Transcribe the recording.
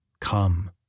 come